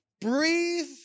breathe